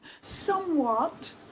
somewhat